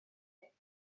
pump